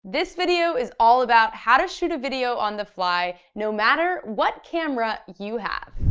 this video is all about how to shoot a video on the fly, no matter what camera you have.